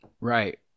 Right